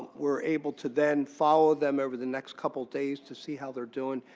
we're able to then follow them over the next couple days to see how they're doing.